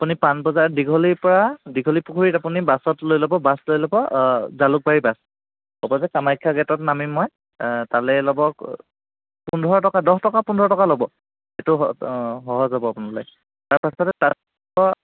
আপুনি পাণবজাৰ দীঘলীৰ পৰা দীঘলী পুখুৰীত আপুনি বাছত লৈ ল'ব বাছ লৈ ল'ব জালুকবাৰী বাছ ক'ব যে কামাখ্যা গেটত নামিম মই তালৈ ল'ব পোন্ধৰ টকা দহ টকা পোন্ধৰ টকা ল'ব এটো স সহজ হ'ব আপোনালৈ তাৰপাছতে তাৰপৰা